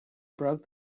broke